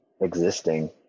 existing